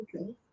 okay